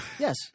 Yes